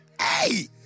Hey